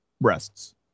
breasts